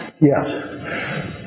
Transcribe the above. Yes